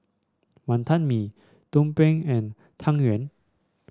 Wonton Mee tumpeng and Tang Yuen